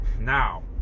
Now